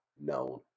known